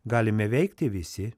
galime veikti visi